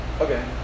Okay